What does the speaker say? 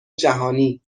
جهانی